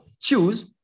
choose